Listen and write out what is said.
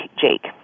Jake